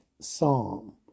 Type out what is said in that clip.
Psalm